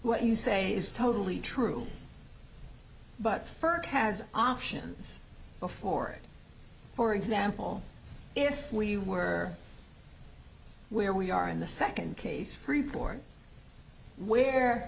what you say is totally true but first has options before for example if we were where we are in the second case report where